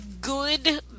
good